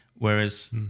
Whereas